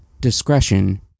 Discretion